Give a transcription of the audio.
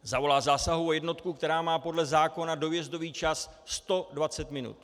Zavolá zásahovou jednotku, která má podle zákona dojezdový čas 120 minut.